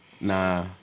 Nah